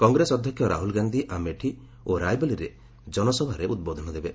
କଂଗ୍ରେସ ଅଧକ୍ଷ ରାହୁଲ୍ ଗାନ୍ଧି ଆମେଠି ଓ ରାୟବରେଲୀରେ ଜନସଭାରେ ଉଦ୍ବୋଧନ ଦେବେ